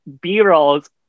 B-rolls